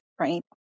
right